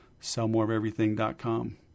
sellmoreofeverything.com